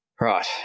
Right